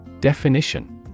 Definition